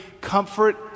comfort